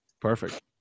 Perfect